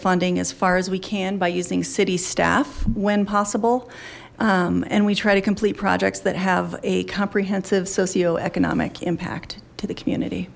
funding as far as we can by using city staff when possible and we try to complete projects that have a comprehensive socio economic impact to the community